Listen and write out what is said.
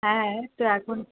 হ্যাঁ তো এখন